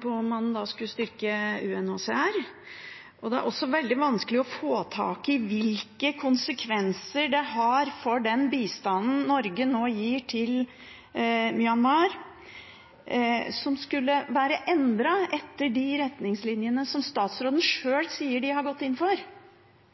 på om man skal styrke UNHCR. Det er også veldig vanskelig å få tak i hvilke konsekvenser det har for den bistanden Norge nå gir til Myanmar, som skulle være endret etter de retningslinjene som statsråden sjøl sier de har gått inn for,